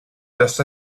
just